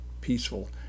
peaceful